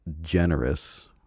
generous